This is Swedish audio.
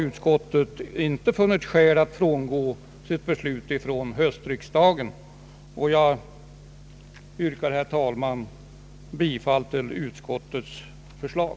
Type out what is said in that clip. Utskottet har därför inte funnit skäl att frångå sitt ställningstagande vid höstriksdagen. Jag yrkar, herr talman, bifall till utskottets förslag.